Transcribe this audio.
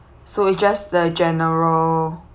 so it just the general